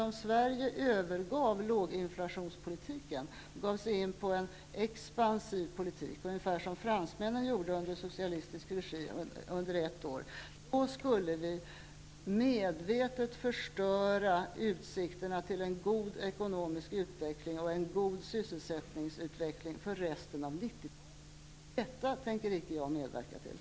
Om Sverige övergav långinflationslinjen och gav sig in på en expansiv politik, ungefär som fransmännen gjorde i socialistisk regi under ett år, skulle vi medvetet förstöra utsikterna till en god ekonomisk utveckling och en god sysselsättningsutveckling för resten av 90-talet. Detta tänker jag icke medverka till.